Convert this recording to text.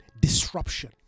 disruption